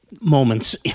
moments